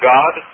God